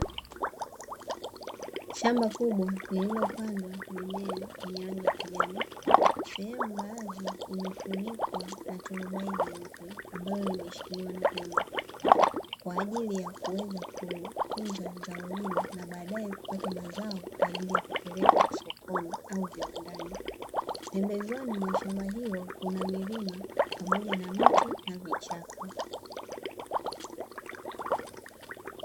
Shamba kubwa lililopandwa mimea yenye rangi ya kijani sehemu baadhi imefunikwa na turubai jeupe ambalo imeshikiliwa, kwa ajili ya kuweza kukuza zao hilo na baadaye kupata mazao kwa ajili ya kupeleka sokoni au viwandani, pembezoni mwa shamba hilo kuna milima pamoja na miti na vichaka.